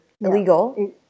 illegal